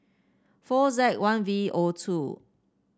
four Z one V O two